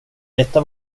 detta